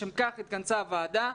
לשם כך התכנסה הוועדה.